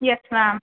yes ma'am